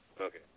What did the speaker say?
Okay